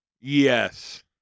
Yes